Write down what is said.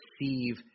receive